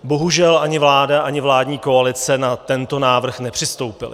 Bohužel ani vláda, ani vládní koalice na tento návrh nepřistoupily.